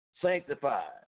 sanctified